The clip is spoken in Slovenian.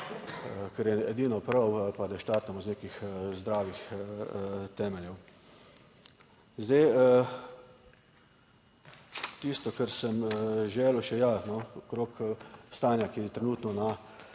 kar je edino prav ali pa da štartamo iz nekih zdravih temeljev. Zdaj tisto, kar sem želel še okrog stanja, ki je trenutno na